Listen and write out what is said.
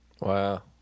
Wow